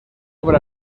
obra